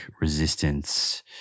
resistance